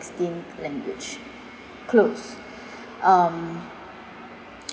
extinct language close um